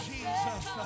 Jesus